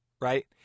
right